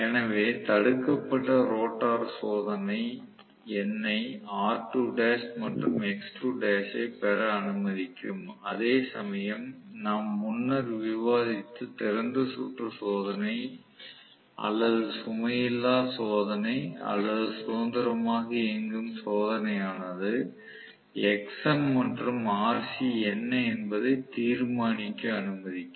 எனவே தடுக்கப்பட்ட ரோட்டார் சோதனை என்னை R2l மற்றும் X2l ஐப் பெற அனுமதிக்கும் அதே சமயம் நாம் முன்னர் விவாதித்த திறந்த சுற்று சோதனை அல்லது சுமை இல்லா சோதனை அல்லது சுதந்திரமாக இயங்கும் சோதனை ஆனது Xm மற்றும் Rc என்ன என்பதை தீர்மானிக்க அனுமதிக்கும்